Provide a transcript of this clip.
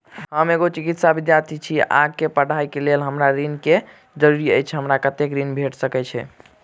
हम एगो चिकित्सा विद्यार्थी छी, आगा कऽ पढ़ाई कऽ लेल हमरा ऋण केँ जरूरी अछि, हमरा कत्तेक ऋण भेट सकय छई?